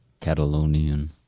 Catalonian